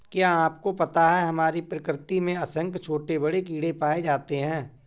क्या आपको पता है हमारी प्रकृति में असंख्य छोटे बड़े कीड़े पाए जाते हैं?